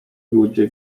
ludzie